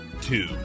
two